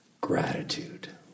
gratitude